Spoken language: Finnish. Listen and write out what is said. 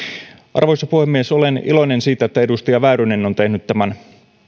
arvoisa puhemies olen iloinen siitä että edustaja väyrynen on tehnyt tämän